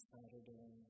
Saturday